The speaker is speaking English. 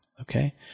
okay